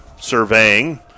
surveying